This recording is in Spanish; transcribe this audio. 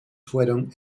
fueron